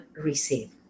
receive